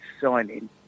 signing